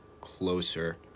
closer